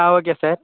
ah okay sir